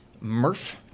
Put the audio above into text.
Murph